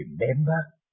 remember